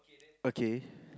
okay